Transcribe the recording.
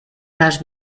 las